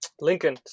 lincoln